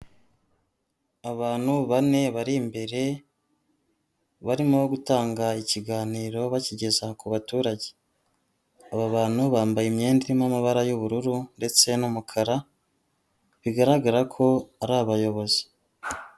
Abantu bane bari imbere barimo gutanga ikiganiro bakigeza ku baturage. Aba bantu bambaye imyenda irimo amabara y'ubururu ndetse n'umukara, bigaragara ko ari abayobozi.